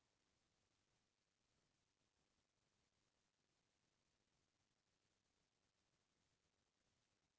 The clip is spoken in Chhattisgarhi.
प्राकृतिक अऊ कृत्रिम कीटनाशक मा का अन्तर हावे अऊ कोन ह फसल बर जादा उपयोगी हे?